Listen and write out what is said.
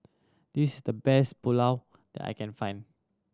this is the best Pulao that I can find